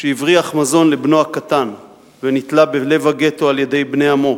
שהבריח מזון לבנו הקטן ונתלה בלב הגטו על-ידי בני עמו,